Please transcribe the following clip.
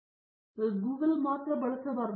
ಅವರು ಕೇವಲ Google ಮತ್ತು ಎಲ್ಲಾ ವಿಷಯಗಳನ್ನು ಮಾತ್ರ ಬಳಸಬಹುದು